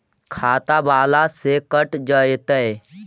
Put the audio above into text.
खाता बाला से कट जयतैय?